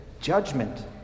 judgment